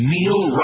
Neil